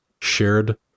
shared